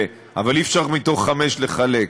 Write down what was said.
אבל אי-אפשר מתוך חמישה לחלק,